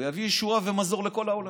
הוא יביא ישועה ומזור לכל העולם.